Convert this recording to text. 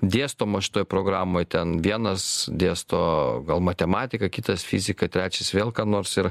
dėstomos šitoj programoj ten vienas dėsto gal matematiką kitas fiziką trečias vėl ką nors ir